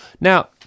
Now